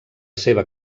seva